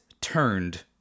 turned